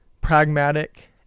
pragmatic